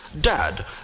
Dad